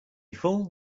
fold